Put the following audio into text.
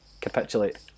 capitulate